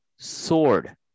Sword